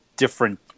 different